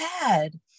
bad